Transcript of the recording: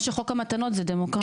כמו שחוק המתנות זה דמוקרטיה.